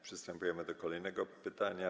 Przystępujemy do kolejnego pytania.